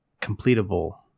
completable